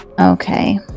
Okay